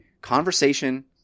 Conversation –